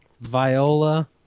Viola